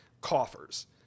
coffers